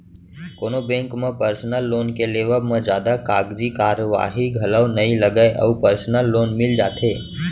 कोनो बेंक म personal loan के लेवब म जादा कागजी कारवाही घलौ नइ लगय अउ परसनल लोन मिल जाथे